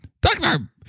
Doctor